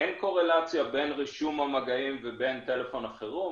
אין קורלציה בין רישום המגעים לבין טלפון החירום.